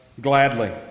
gladly